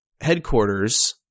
headquarters